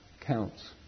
counts